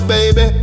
Baby